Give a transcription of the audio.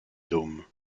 dôme